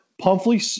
Pumphrey